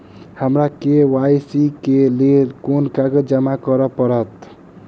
हमरा के.वाई.सी केँ लेल केँ कागज जमा करऽ पड़त?